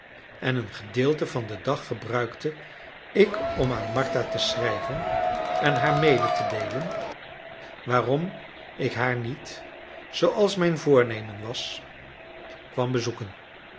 en een gedeelte van den dag gebruikte ik om aan martha te schrijven en haar mede te deelen waarom ik haar niet zooals mijn voornemen was kwam bezoeken